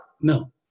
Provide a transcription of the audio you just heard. No